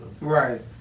Right